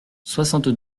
soixante